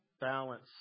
Balance